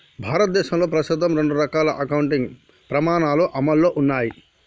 భారతదేశంలో ప్రస్తుతం రెండు రకాల అకౌంటింగ్ ప్రమాణాలు అమల్లో ఉన్నయ్